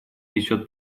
несет